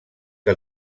que